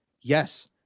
Yes